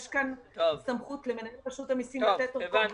יש כאן סמכות למנהל רשות המיסים לתת אורכות.